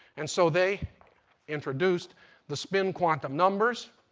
and so they introduced the spin quantum numbers.